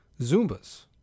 Zumbas